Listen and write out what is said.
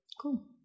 cool